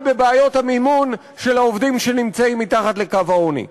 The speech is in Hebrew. בבעיות המימון של העובדים שנמצאים מתחת לקו העוני.